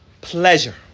pleasure